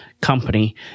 company